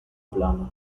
plano